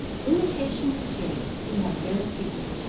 when the patient escaped, he had bare feet.